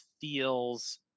feels